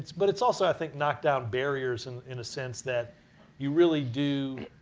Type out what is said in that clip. but it's also, i think, knocked down barriers and in a sense that you really do